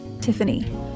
Tiffany